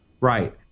Right